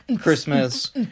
Christmas